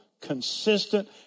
consistent